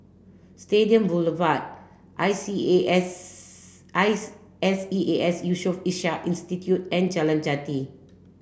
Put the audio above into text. Stadium Boulevard I C A S eyes S E A S Yusof Ishak Institute and Jalan Jati